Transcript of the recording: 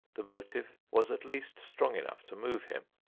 the motive was at least strong enough to move him.